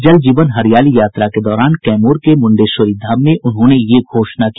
जल जीवन हरियाली यात्रा के दौरान कैमूर के मुंडेश्वरी धाम में उन्होंने यह घोषणा की